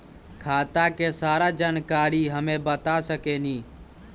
खाता के सारा जानकारी हमे बता सकेनी?